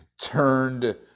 turned